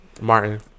Martin